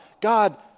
God